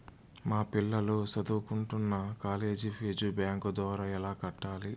మా పిల్లలు సదువుకుంటున్న కాలేజీ ఫీజు బ్యాంకు ద్వారా ఎలా కట్టాలి?